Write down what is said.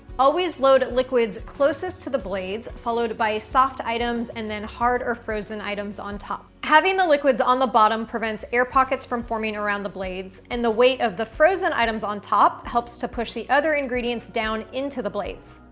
always load liquids closest to the blades followed by soft items and then hard or frozen items on top. having the liquids on the bottom prevents air pockets from forming around the blades and the weight of the frozen items on top helps to push the other ingredients down into the blades.